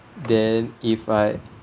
then if I